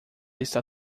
está